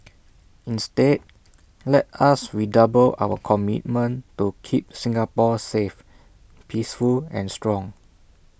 instead let us redouble our commitment to keep Singapore safe peaceful and strong